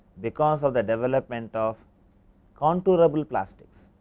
because of the development of contourable plastics.